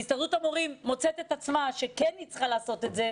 והסתדרות המורים מוצאת את עצמה שכן היא צריכה לעשות את זה,